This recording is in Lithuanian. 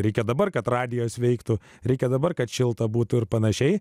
reikia dabar kad radijas veiktų reikia dabar kad šilta būtų ir panašiai